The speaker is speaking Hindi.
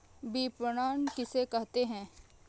विपणन किसे कहते हैं?